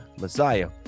messiah